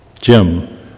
Jim